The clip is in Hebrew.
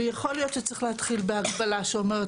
ויכול להיות שצריך להתחיל בהגבלה שאומרת